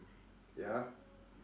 ya